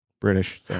British